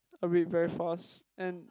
I read very fast and